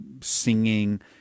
singing